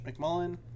McMullen